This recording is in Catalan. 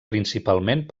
principalment